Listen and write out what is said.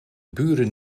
buren